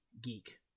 geek